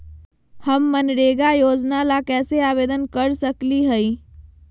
हम मनरेगा योजना ला कैसे आवेदन कर सकली हई?